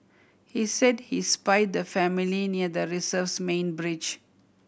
he said he spied the family near the reserve's main bridge